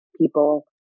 people